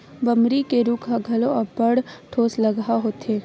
बमरी के रूख ह घलो अब्बड़ ठोसलगहा होथे